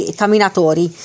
camminatori